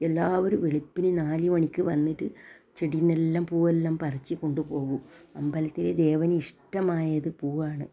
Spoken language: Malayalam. എല്ലാവരും വെളുപ്പിന് നാലുമണിക്ക് വന്നിട്ട് ചെടിനെല്ലാം പൂവെല്ലാം പറിച്ച് കൊണ്ടു പോവും അമ്പലത്തിൽ ദേവനെ ഇഷ്ടമായത് പൂവാണ്